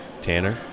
Tanner